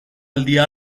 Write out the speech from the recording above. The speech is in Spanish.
día